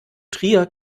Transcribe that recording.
trier